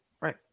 right